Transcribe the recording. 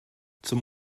zum